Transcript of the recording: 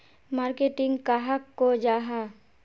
Marketing कहाक को जाहा?